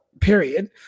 period